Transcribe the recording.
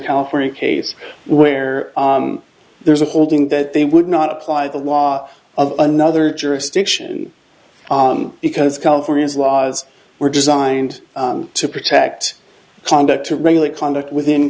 california case where there's a holding that they would not apply the law of another jurisdiction because california's laws were designed to protect conduct to regulate conduct within